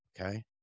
Okay